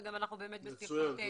אנחנו גם נהיה בקשר עם בוז'י.